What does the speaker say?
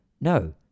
no